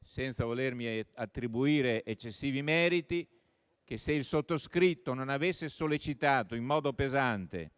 senza volermi attribuire eccessivi meriti, che se il sottoscritto non avesse sollecitato in modo pesante